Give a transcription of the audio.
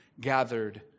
gathered